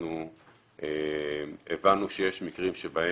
אנחנו הבנו שיש מקרים שבהם